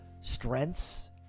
strengths